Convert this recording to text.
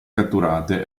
catturate